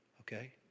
Okay